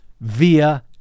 via